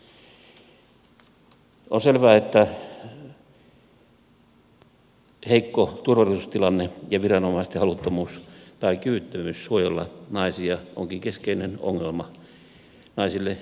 on selvää että heikko turvallisuustilanne ja viranomaisten haluttomuus tai kyvyttömyys suojella naisia onkin keskeinen ongelma naisille ylipäätään